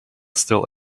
still